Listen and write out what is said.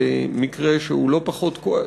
במקרה שהוא לא פחות כואב,